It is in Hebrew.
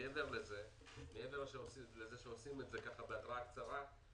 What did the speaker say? מעבר לזה שעושים את זה בהתראה קצרה,